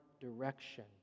direction